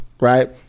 right